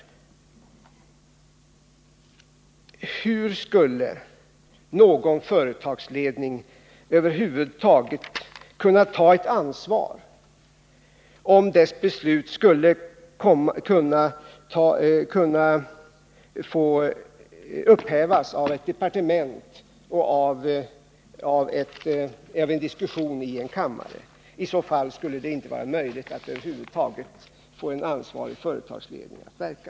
Men hur skall någon företagsledning över huvud taget kunna ta ett ansvar om dess beslut kan upphävas av ett departement eller av en diskussion här i kammaren? Om så vore fallet skulle det inte vara möjligt att över huvud taget få en ansvarig företagsledning att verka.